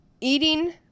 eating